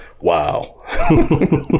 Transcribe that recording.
Wow